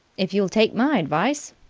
if you'll take my advice,